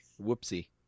Whoopsie